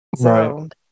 Right